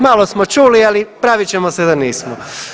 Malo smo čuli, ali pravit ćemo se da nismo.